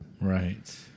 right